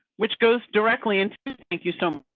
which goes directly into thank you some.